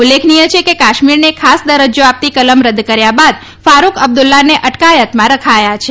ઉલ્લેખનીય છે કે કાશમીરને ખાસ દરજ્જા આપતી કલમ રદ કર્યા બાદ ફારૂક અબ્દુલ્લાને અટકાયતમાં રખાયા છે